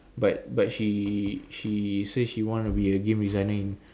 but but she she says she want to be a game designing in